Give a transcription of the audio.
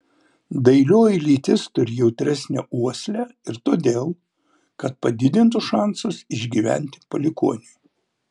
dailioji lytis turi jautresnę uoslę ir todėl kad padidintų šansus išgyventi palikuoniui